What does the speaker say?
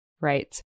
right